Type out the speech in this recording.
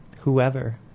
whoever